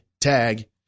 Tag